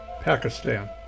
Pakistan